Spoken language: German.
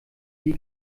die